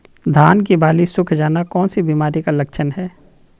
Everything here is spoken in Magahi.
धान की बाली सुख जाना कौन सी बीमारी का लक्षण है?